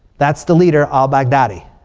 that's the leader al-baghdadi.